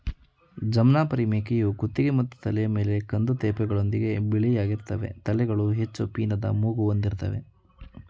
ಜಮ್ನಾಪರಿ ಮೇಕೆಯು ಕುತ್ತಿಗೆ ಮತ್ತು ತಲೆಯ ಮೇಲೆ ಕಂದು ತೇಪೆಗಳೊಂದಿಗೆ ಬಿಳಿಯಾಗಿರ್ತದೆ ತಲೆಗಳು ಹೆಚ್ಚು ಪೀನದ ಮೂಗು ಹೊಂದಿರ್ತವೆ